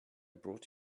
brought